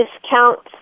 discounts